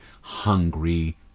hungry